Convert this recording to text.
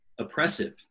Oppressive